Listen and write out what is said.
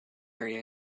area